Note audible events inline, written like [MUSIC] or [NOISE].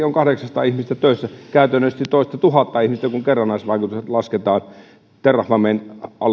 [UNINTELLIGIBLE] on kahdeksansataa ihmistä töissä käytännöllisesti toistatuhatta ihmistä kun kerrannaisvaikutukset lasketaan terrafamen